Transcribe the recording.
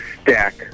stack